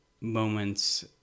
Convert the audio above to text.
moments